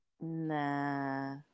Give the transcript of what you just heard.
Nah